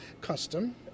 custom